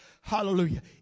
Hallelujah